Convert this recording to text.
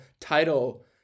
title